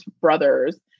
brothers